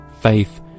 Faith